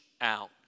out